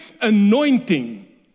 anointing